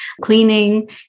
cleaning